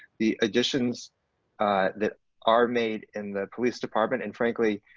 the additions that are made in the police department and frankly,